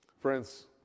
Friends